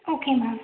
okay ma'am